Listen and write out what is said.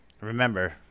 Remember